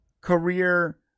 career